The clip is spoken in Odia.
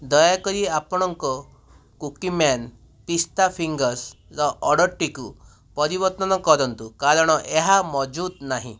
ଦୟାକରି ଆପଣଙ୍କର କୁକୀମ୍ୟାନ୍ ପିସ୍ତା ଫିଙ୍ଗର୍ସ୍ର ଅର୍ଡ଼ର୍ଟିକୁ ପରିବର୍ତ୍ତନ କରନ୍ତୁ କାରଣ ଏହା ମହଜୁଦ ନାହିଁ